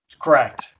Correct